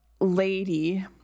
lady